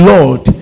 Lord